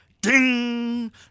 ding